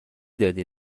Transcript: دادی